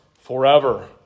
forever